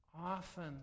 often